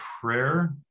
prayer